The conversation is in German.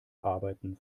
arbeiten